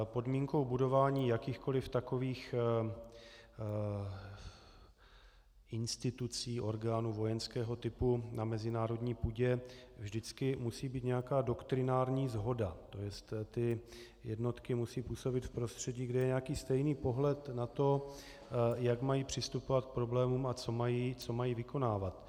Podmínkou budování jakýchkoli takových institucí, orgánů vojenského typu na mezinárodní půdě musí být nějaká doktrinální shoda, to jest, ty jednotky musí působit v prostředí, kde je nějaký stejný pohled na to, jak mají přistupovat k problémům a co mají vykonávat.